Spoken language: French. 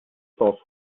sens